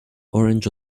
orange